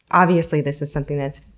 obviously this is something that's.